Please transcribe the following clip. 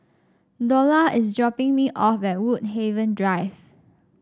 Dola is dropping me off at Woodhaven Drive